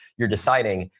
you're deciding,